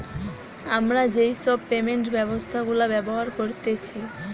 আমরা যেই সব পেমেন্ট ব্যবস্থা গুলা ব্যবহার করতেছি